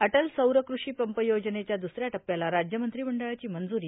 अटल सौर कृषी पंप योजनेच्या दुसऱ्या टप्प्याला राज्य मंत्रिमंडळाची मंजुरी